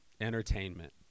Entertainment